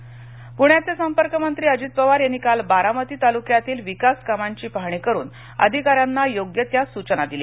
अजित पवार प्ण्याचे संपर्क मंत्री अजित पवार यांनी काल बारामती तालुक्यातील विकास कामांची पाहणी करून अधिकाऱ्यांना योग्य त्या सूचना दिल्या